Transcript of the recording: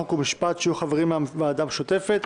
חוק ומשפט שיהיו חברים בוועדה המשותפת,